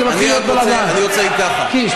כי זה מתחיל להיות בלגן.